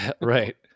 Right